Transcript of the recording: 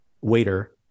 waiter